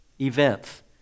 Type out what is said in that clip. Events